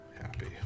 happy